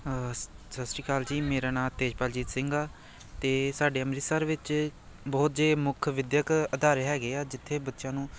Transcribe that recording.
ਸਤਿ ਸ਼੍ਰੀ ਅਕਾਲ ਜੀ ਮੇਰਾ ਨਾਮ ਤੇਜਪਾਲਜੀਤ ਸਿੰਘ ਆ ਅਤੇ ਸਾਡੇ ਅੰਮ੍ਰਿਤਸਰ ਵਿੱਚ ਬਹੁਤ ਜੇ ਮੁੱਖ ਵਿੱਦਿਅਕ ਅਦਾਰੇ ਹੈਗੇ ਆ ਜਿੱਥੇ ਬੱਚਿਆਂ ਨੂੰ